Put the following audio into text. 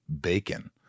bacon